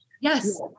Yes